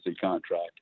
contract